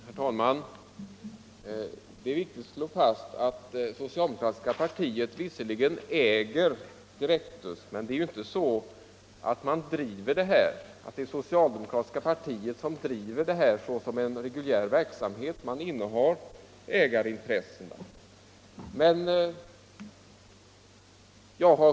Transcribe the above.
Herr talman! Det är viktigt att slå fast att socialdemokratiska partiet visserligen äger Direktus, men det är inte partiet som driver företaget 29 som reguljär verksamhet. Man innehar ägarintressena.